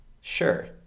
Sure